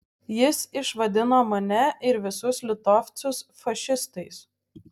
jis išvadino mane ir visus litovcus fašistais